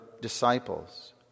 disciples